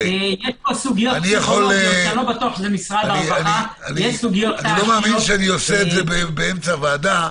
אני לא מאמין שאני עושה את זה באמצע ועדה,